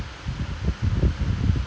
okay